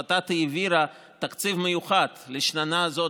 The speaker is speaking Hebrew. ות"ת העבירה תקציב מיוחד לשנה הזאת,